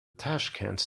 tashkent